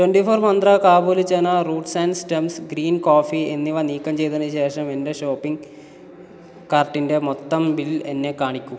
twenty four Mantra kabuli chana roots and stems green coffee എന്നിവ നീക്കം ചെയ്തതിന് ശേഷം എന്റെ ഷോപ്പിംഗ് കാർട്ടിന്റെ മൊത്തം ബിൽ എന്നെ കാണിക്കൂ